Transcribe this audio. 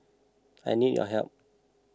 I need your help